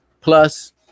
Plus